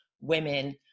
women